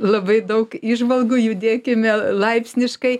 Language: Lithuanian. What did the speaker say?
labai daug įžvalgų judėkime laipsniškai